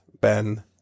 Ben